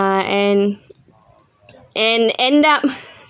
uh and and end up